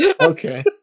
Okay